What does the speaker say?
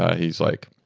ah he's like,